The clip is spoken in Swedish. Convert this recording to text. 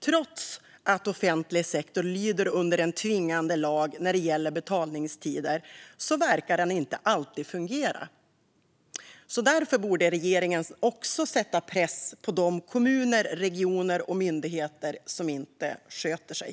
Trots att offentlig sektor lyder under en tvingande lag när det gäller betalningstider verkar det inte alltid fungera. Därför borde regeringen även sätta press på de kommuner, regioner och myndigheter som inte sköter sig.